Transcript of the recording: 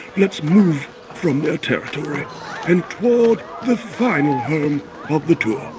let's move from their territory and toward the final home of the tour oh,